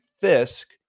Fisk